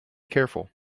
careful